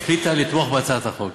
החליטה לתמוך בהצעת החוק.